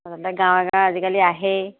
গাঁৱে গাঁৱে আজিকালি আহেই